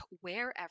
wherever